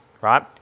right